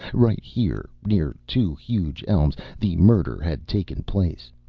right here, near two huge elms, the murder had taken place.